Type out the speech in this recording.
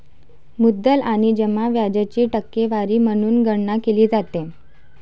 मुद्दल आणि जमा व्याजाची टक्केवारी म्हणून गणना केली जाते